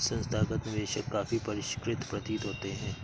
संस्थागत निवेशक काफी परिष्कृत प्रतीत होते हैं